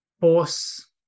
force